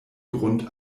grund